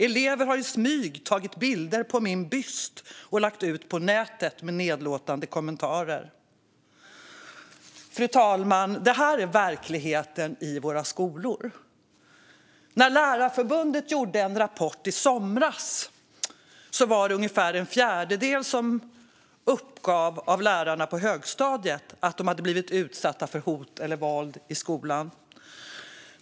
"Elever har i smyg tagit bilder på min byst och lagt ut på nätet med nedlåtande kommentarer." Fru talman! Detta är verkligheten i våra skolor. När Lärarförbundet gjorde en rapport i somras var det ungefär en fjärdedel av lärarna på högstadiet som uppgav att de hade blivit utsatta för hot eller våld i skolan.